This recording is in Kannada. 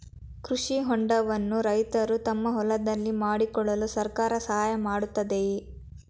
ಕೃಷಿ ಹೊಂಡವನ್ನು ರೈತರು ತಮ್ಮ ಹೊಲದಲ್ಲಿ ಮಾಡಿಕೊಳ್ಳಲು ಸರ್ಕಾರ ಸಹಾಯ ಮಾಡುತ್ತಿದೆಯೇ?